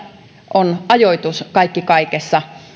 on ajoitus kaikki kaikessa